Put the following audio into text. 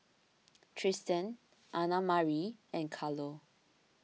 Triston Annmarie and Carlo